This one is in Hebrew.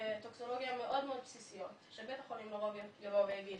טוקסולוגיות מאוד בסיסיות שלרוב בית החולים יגיד